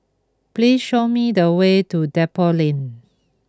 please show me the way to Depot Lane